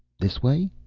this way?